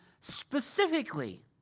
specifically